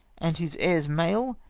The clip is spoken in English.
and his heirs male,